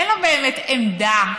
אין לו באמת עמדה.